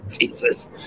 Jesus